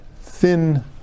thin